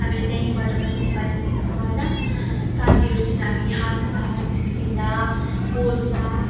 हामीले त्यहीँबाट पनि नेपाली सिक्छौँ होइन साथीहरूसँग हामी हाँस्दा जिस्किँदा बोल्दा